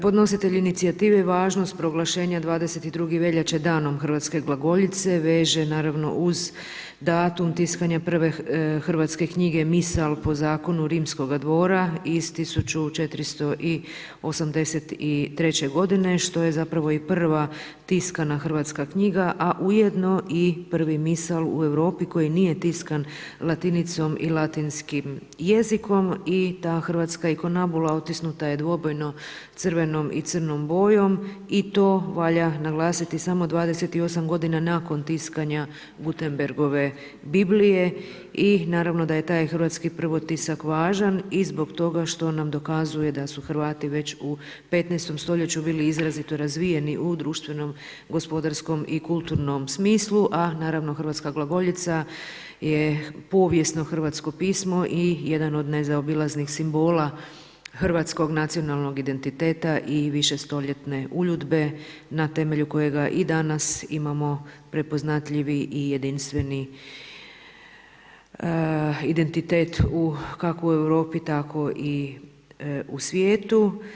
Podnositelj inicijative važnost proglašenja 22. veljače Danom hrvatske glagoljice veže naravno uz datum tiskanja prve hrvatske knjige Misal po zakonu rimskoga dvora iz 1483. godine što je zapravo i prva tiskana hrvatska knjiga, a ujedno i prvi Misal u Europi koji nije tiskan latinicom i latinskim jezikom i ta hrvatska inkunabula otisnuta je dvobojno crveno i crnom bojom i to valja naglasiti samo 28 godina nakon tiskanja Gutenbergove Biblije i naravno da je taj hrvatski prvotisak važan i zbog toga što nam dokazuje da su Hrvati već u 15. stoljeću bili izrazito razvijeni u društvenom, gospodarskom i kulturnom smislu, a naravno hrvatska glagoljica je povijesno hrvatsko pismo i jedan od nezaobilaznih simbola hrvatskog nacionalnog identiteta i višestoljetne uljudbe na temelju kojega i danas imamo prepoznatljivi i jedinstveni identitet kako u Europi tako i u svijetu.